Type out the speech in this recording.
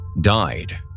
died